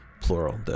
plural